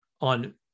on